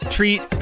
Treat